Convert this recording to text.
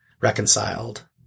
reconciled